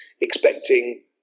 expecting